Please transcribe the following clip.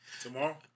Tomorrow